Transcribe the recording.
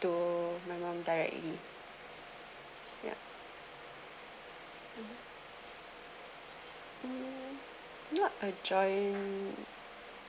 to my mom directly no a joint